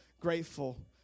grateful